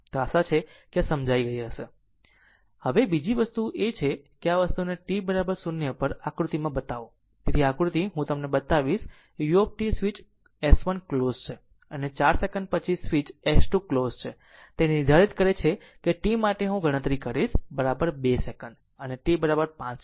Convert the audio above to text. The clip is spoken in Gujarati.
તેથી હવે બીજી વસ્તુમાં એ છે કે આ વસ્તુને t 0 પર આકૃતિમાં બતાવો તેથી આકૃતિ હું તમને બતાવીશ u સ્વિચ S1 ક્લોઝ છે અને 4 સેકન્ડ પછી સ્વીચ S2 ક્લોઝ છે તે નિર્ધારિત કરે છે તે t માટે હું ગણતરી કરીશ 2 સેકન્ડ અને t 5 સેકન્ડ